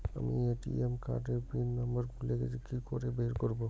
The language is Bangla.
আমি এ.টি.এম কার্ড এর পিন নম্বর ভুলে গেছি কি করে বের করব?